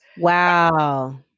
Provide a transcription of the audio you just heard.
wow